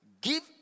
Give